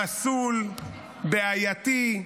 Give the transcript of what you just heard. פסול, בעייתי,